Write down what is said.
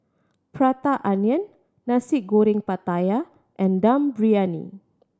Prata Onion Nasi Goreng Pattaya and Dum Briyani